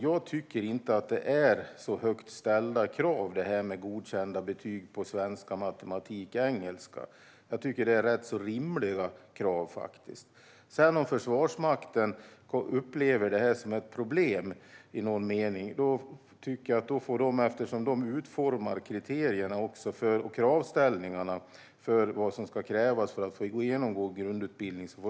Jag tycker inte att godkända betyg i svenska, matematik och engelska är så högt ställda krav, utan de är faktiskt rätt rimliga. Om Försvarsmakten upplever att det finns ett problem i någon mening får de återkomma till regeringen med synpunkter, eftersom det är de som utformar kriterierna för kravställningarna för att få genomgå grundutbildning.